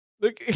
look